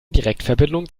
direktverbindung